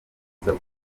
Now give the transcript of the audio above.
bw’uyu